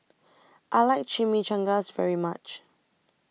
I like Chimichangas very much